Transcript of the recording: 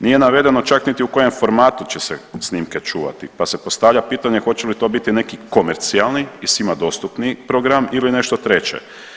Nije navedeno čak niti u kojem formatu će snimke čuvati, pa se postavlja pitanje hoće li to biti neki komercijali i svima dostupni program ili nešto treće.